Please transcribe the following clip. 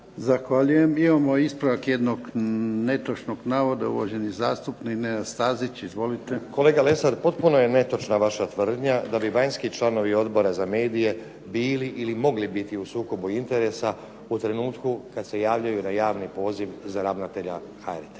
Ivan (HDZ)** Imamo ispravak jednog netočnog navoda uvaženi zastupnik Nenad Stazić. Izvolite. **Stazić, Nenad (SDP)** Kolega Lesar, potpuno je netočna vaša tvrdnja da bi vanjski članovi Odbora za medije bili ili mogli biti u sukobu interesa u trenutku kad se javljaju na javni poziv za ravnatelja HRT-a